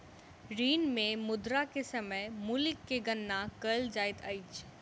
ऋण मे मुद्रा के समय मूल्य के गणना कयल जाइत अछि